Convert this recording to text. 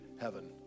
heaven